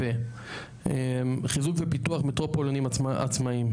חיזוק ופיתוח מטרופולינים עצמאיים.